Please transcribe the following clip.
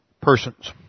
persons